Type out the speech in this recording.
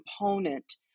component